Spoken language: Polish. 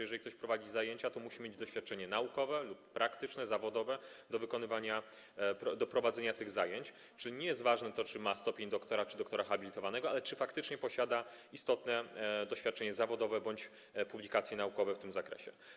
Jeżeli ktoś prowadzi zajęcia, to musi mieć doświadczenie naukowe lub praktyczne, zawodowe niezbędne do prowadzenia tych zajęć - nie jest ważne to, czy ma stopień doktora, czy doktora habilitowanego, ale czy faktycznie posiada istotne doświadczenie zawodowe bądź publikacje naukowe w tym zakresie.